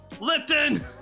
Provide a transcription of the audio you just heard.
Lipton